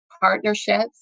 partnerships